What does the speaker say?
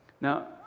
Now